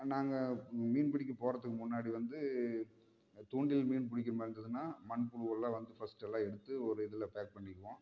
நாங்கள் மீன் பிடிக்க போகிறதுக்கு முன்னாடி வந்து தூண்டில் மீன் பிடிக்க மாதிரி இருந்ததுன்னா மண்புழுவெல்லாம் வந்து ஃபஸ்ட்டெல்லாம் எடுத்து ஒரு இதில் பேக் பண்ணிக்குவோம்